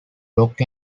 rock